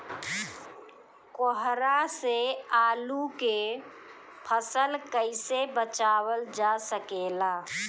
कोहरा से आलू के फसल कईसे बचावल जा सकेला?